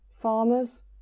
farmers